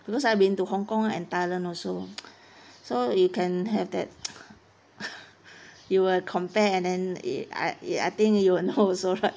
because I've been to hong kong and thailand also so you can have that you will compare and then it I it I think you will know also right